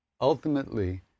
ultimately